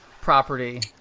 property